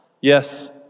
Yes